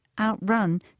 outrun